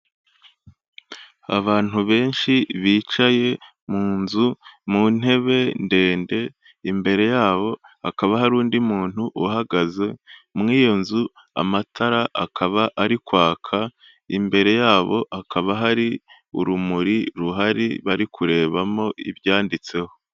Abantu benshi bicaye mu nzu, mu ntebe ndende imbere yabo hakaba hari undi muntu uhagaze muri iyo nzu amatara akaba ari kwaka, imbere yabo hakaba hari urumuri ruhari bari kurebamo ibyanditseho.